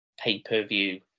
pay-per-view